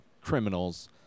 criminals